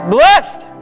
Blessed